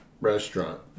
restaurant